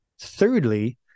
thirdly